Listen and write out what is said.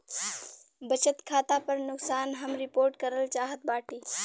बचत खाता पर नुकसान हम रिपोर्ट करल चाहत बाटी